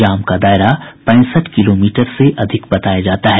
जाम का दायरा पैंसठ किलोमीटर से अधिक बताया जाता है